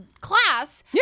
class